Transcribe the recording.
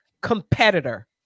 competitor